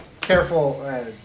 careful